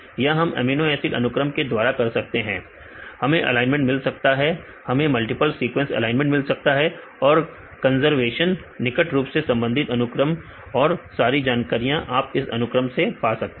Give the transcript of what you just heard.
यह हम amino acid अनुक्रम के द्वारा कर सकते हैं हमें एलाइनमेंट मिल सकता है हमें मल्टीपल सीक्वेंस एलाइनमेंट मिल सकता है और कंजर्वशन निकट रूप से संबंधित अनुक्रम और सारी जानकारियां आप इस अनुक्रम से पा सकते हैं